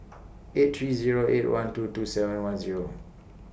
eight three Zero eight one two two seven one Zero